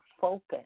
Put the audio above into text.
focus